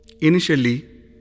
Initially